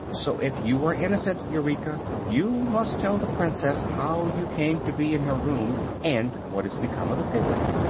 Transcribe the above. so, if you are innocent, eureka, you must tell the princess how you came to be in her room, and what has become of the piglet.